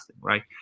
right